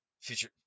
Future